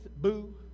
boo